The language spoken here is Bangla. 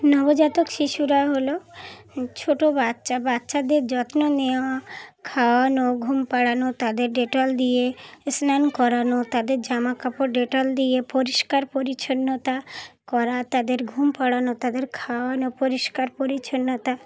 নবজাতক শিশুরা হলো ছোটো বাচ্চা বাচ্চাদের যত্ন নেওয়া খাওয়ানো ঘুম পাড়ানো তাদের ডেটল দিয়ে স্নান করানো তাদের জামাাকাপড় ডেটল দিয়ে পরিষ্কার পরিচ্ছন্নতা করা তাদের ঘুম পড়ানো তাদের খাওয়ানো পরিষ্কার পরিচ্ছন্নতা